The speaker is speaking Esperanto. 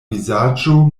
vizaĝo